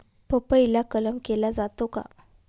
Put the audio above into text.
पपईला कलम केला जातो का?